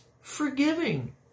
forgiving